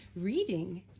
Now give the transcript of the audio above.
reading